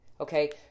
okay